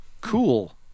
Cool